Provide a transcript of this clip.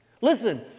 listen